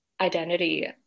identity